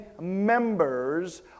members